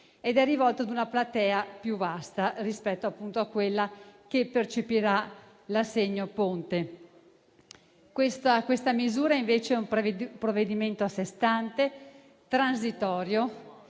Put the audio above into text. ed è rivolto ad una platea più vasta rispetto a quella che percepirà l'assegno ponte. Questa misura invece è un provvedimento a sé stante, transitorio,